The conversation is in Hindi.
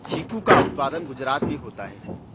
चीकू का उत्पादन गुजरात में होता है